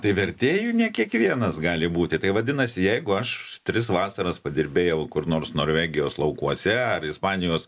tai vertėju ne kiekvienas gali būti tai vadinasi jeigu aš tris vasaras padirbėjau kur nors norvegijos laukuose ar ispanijos